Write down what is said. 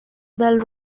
del